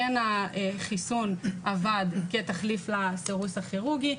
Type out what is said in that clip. כן החיסון עבד כתחליף לסירוס הכירורגי,